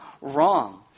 wrong